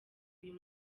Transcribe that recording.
uyu